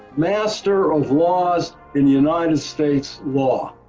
master of laws in united states law.